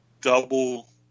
double